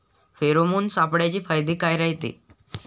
Pheromone सापळ्याचे फायदे काय रायते?